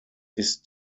ist